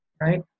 right